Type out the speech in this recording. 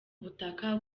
ubutaka